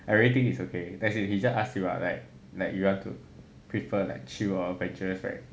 everything is okay as in he just ask you ah like like you want to prefer like chill or adventurous right